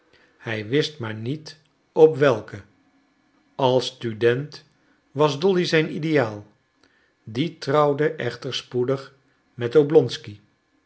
hij wist maar niet op welke als student was dolly zijn ideaal die trouwde echter spoedig met